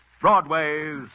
Broadway's